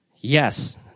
Yes